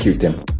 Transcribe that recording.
tim